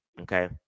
Okay